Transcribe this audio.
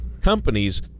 companies